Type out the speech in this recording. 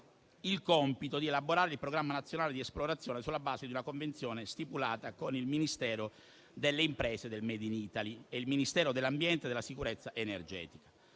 il compito di elaborare il programma nazionale di esplorazione, sulla base di una convenzione stipulata con il Ministero delle imprese e del made in Italy e con il Ministero dell'ambiente e della sicurezza energetica.